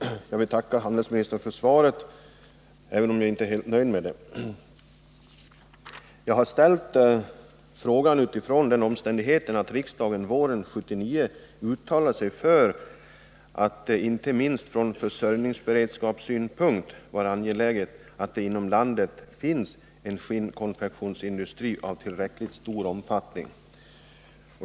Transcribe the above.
Herr talman! Jag vill tacka handelsministern för svaret, även om jag inte är helt nöjd med det. Jag har ställt min fråga mot bakgrunden av den omständigheten att riksdagen våren 1979 uttalade att det inte minst ur försörjningsberedskapssynpunkt är angeläget att det inom landet finns en skinnkonfektionsindustri av tillräckligt stor omfattning.